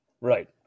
right